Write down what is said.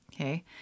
okay